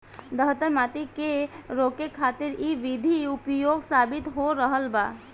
दहतर माटी के रोके खातिर इ विधि उपयोगी साबित हो रहल बा